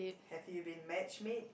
have you been matchmade